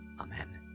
Amen